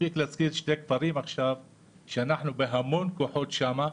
מספיק להזכיר שני כפרים שאנחנו בהמון כוחות שם עכשיו,